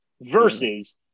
versus